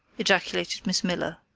ejaculated miss miller,